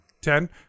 Ten